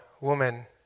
woman